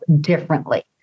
differently